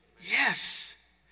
Yes